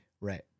Right